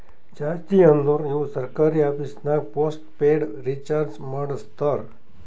ಜಾಸ್ತಿ ಅಂದುರ್ ಇವು ಸರ್ಕಾರಿ ಆಫೀಸ್ನಾಗ್ ಪೋಸ್ಟ್ ಪೇಯ್ಡ್ ರೀಚಾರ್ಜೆ ಮಾಡಸ್ತಾರ